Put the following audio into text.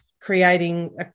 creating